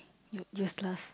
u~ useless